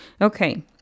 Okay